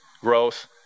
growth